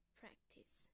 practice